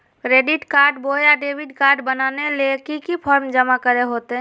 Credit card बोया debit card बनाने ले की की फॉर्म जमा करे होते?